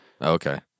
Okay